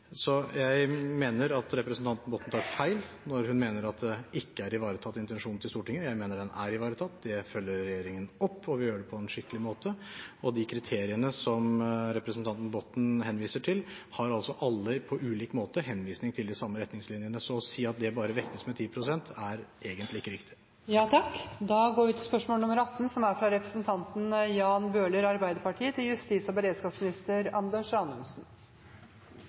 Jeg mener at representanten Botten tar feil når hun mener at Stortingets intensjon ikke er ivaretatt. Den er ivaretatt. Dette følger regjeringen opp, og vi gjør det på en skikkelig måte. De kriteriene som representanten Botten henviser til, har alle på ulik måte henvisning til de samme retningslinjene. Så å si at de bare vektes med 10 pst., er egentlig ikke riktig. Jeg tillater meg å stille følgende spørsmål